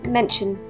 mention